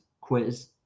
quiz